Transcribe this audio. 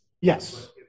Yes